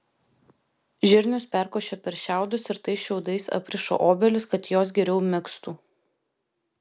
žirnius perkošia per šiaudus ir tais šiaudais apriša obelis kad jos geriau megztų